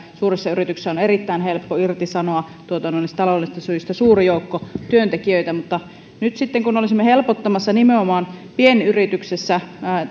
suurissa yrityksissä on erittäin helppo irtisanoa tuotannollis taloudellisista syistä suuri joukko työntekijöitä mutta nyt sitten kun olisimme helpottamassa nimenomaan pienyrityksessä sitä että yhden